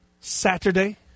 Saturday